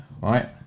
right